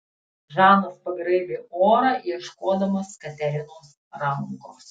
žanas pagraibė orą ieškodamas katerinos rankos